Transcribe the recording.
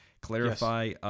clarify